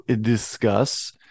discuss